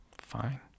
Fine